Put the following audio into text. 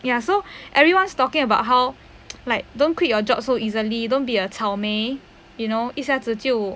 ya so everyone's talking about how like don't quit your job so easily don't be a 草莓 you know 一下子就